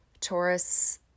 Taurus